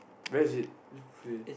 where's it which buffet